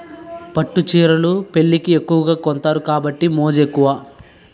పట్టు చీరలు పెళ్లికి ఎక్కువగా కొంతారు కాబట్టి మోజు ఎక్కువ